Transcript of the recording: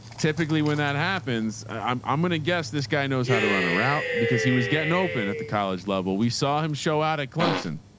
typically, when that happens, i'm i'm going to guess this guy knows how to run a route because he was getting open at the college level. we saw him show out at clemson,